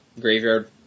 graveyard